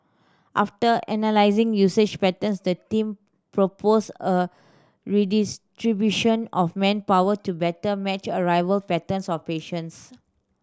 after analysing usage patterns the team proposed a redistribution of manpower to better match arrival patterns of patients